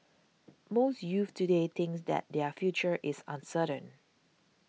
most youths today thinks that their future is uncertain